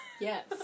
yes